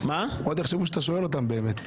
אנחנו נסכים --- עוד יחשבו שאתה שואל אותם באמת.